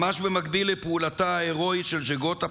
ממש במקביל לפעולתה ההירואית של ז'גוטה,